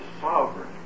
sovereign